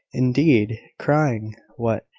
indeed! crying! what,